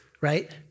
right